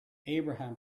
abraham